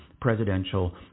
presidential